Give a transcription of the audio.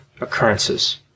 occurrences